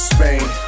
Spain